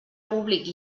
públic